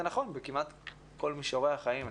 כמעט בכל מישורי החיים,